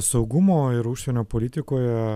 saugumo ir užsienio politikoje